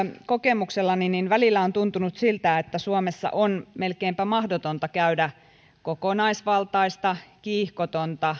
kokemuksellani välillä on tuntunut siltä että suomessa on melkeinpä mahdotonta käydä kokonaisvaltaista kiihkotonta